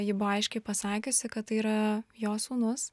ji buvo aiškiai pasakiusi kad tai yra jos sūnus